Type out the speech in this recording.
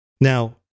Now